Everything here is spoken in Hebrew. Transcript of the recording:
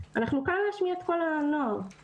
אנחנו כאן להשמיע את קול התלמידים.